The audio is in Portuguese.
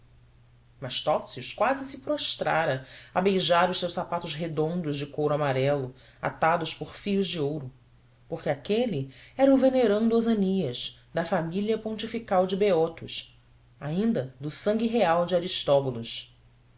mas topsius quase se prostrara a beijar os seus sapatos redondos de couro amarelo atados por fios de ouro porque aquele era o venerando osânias da família pontifical de beotos ainda do sangue real de